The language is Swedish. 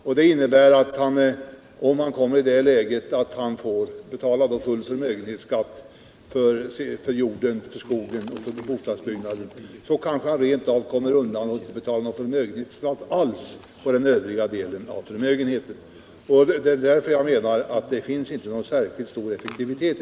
Om han kommer i det läget att han skulle få betala full förmögenhetsskatt för jorden, skogen och bostadsbyggnaden innebär dessa regler ändå att han kan komma undan och inte behöver betala någon förmögenhetsskatt alls på den övriga delen av förmögenheten. Det är därför jag menar att spärregeln inte är särskilt effektiv.